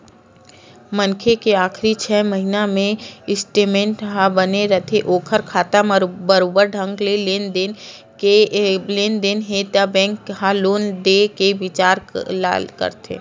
मनखे के आखरी छै महिना के स्टेटमेंट ह बने रथे ओखर खाता म बरोबर ढंग ले लेन देन हे त बेंक ह लोन देय के बिचार ल करथे